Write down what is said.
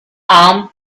arm